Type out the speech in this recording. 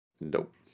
Nope